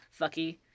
Fucky